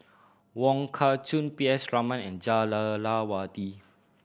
Wong Kah Chun P S Raman and Jah Lelawati